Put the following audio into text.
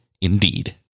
indeed